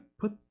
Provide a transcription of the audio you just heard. put